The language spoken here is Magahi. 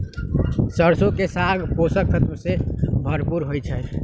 सरसों के साग पोषक तत्वों से भरपूर होई छई